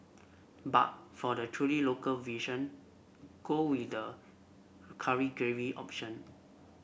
but for the truly local version go with the curry gravy option